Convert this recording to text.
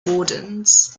wardens